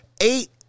eight